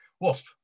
Wasp